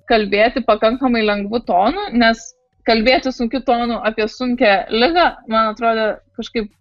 kalbėti pakankamai lengvu tonu nes kalbėti sunkiu tonu apie sunkią ligą man atrodė kažkaip